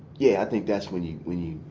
yeah, i think that's when you. when you,